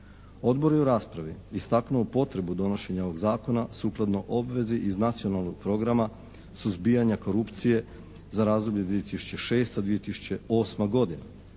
Odbor je u raspravi istaknuo potrebu donošenja ovog zakona sukladno obvezi iz Nacionalnog programa suzbijanja korupcije za razdoblju 2006./2008. godina.